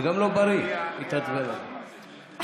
זה גם לא בריא להתעצבן על זה.